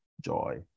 joy